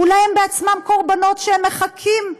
אולי הם בעצמם קורבנות, והם מחקים?